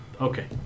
Okay